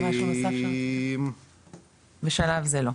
משהו נוסף שאתה רוצה, בשלב זה לא.